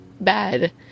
bad